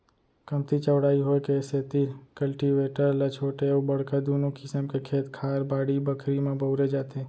कमती चौड़ाई होय के सेतिर कल्टीवेटर ल छोटे अउ बड़का दुनों किसम के खेत खार, बाड़ी बखरी म बउरे जाथे